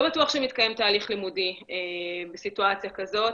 לא בטוח שמתקיים תהליך לימודי בסיטואציה כזו.